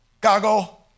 goggle